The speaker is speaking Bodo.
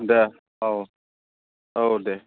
दे औ औ दे